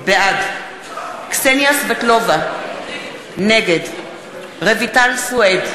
בעד קסניה סבטלובה, נגד רויטל סויד,